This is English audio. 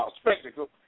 spectacle